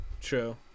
True